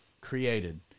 created